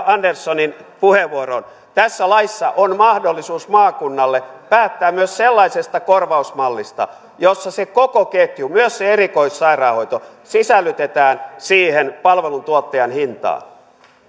anderssonin puheenvuoroon tässä laissa on mahdollisuus maakunnalle päättää myös sellaisesta korvausmallista jossa se koko ketju myös se erikoissairaanhoito sisällytetään siihen palveluntuottajan hintaan